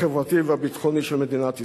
החברתי והביטחוני של מדינת ישראל.